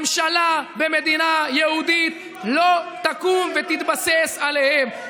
ממשלה במדינה יהודית לא תקום ותתבסס עליהם.